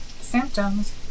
symptoms